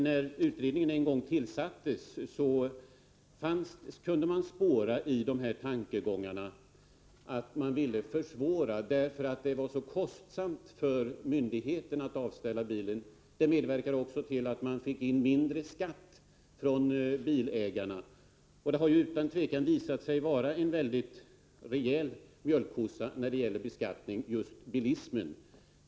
När utredningen en gång tillsattes tyckte jag att man i tankegångarna kunde spåra en vilja att försvåra avställande av bil därför att det var så kostnadskrävande för myndigheten. Det medverkade också till att man fick in mindre skatt från bilägarna. Just bilismen har ju utan tvivel visat sig vara en rejäl mjölkkossa när det gäller beskattning.